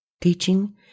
teaching